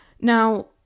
Now